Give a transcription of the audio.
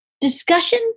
discussion